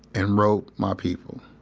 and wrote my people